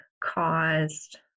caused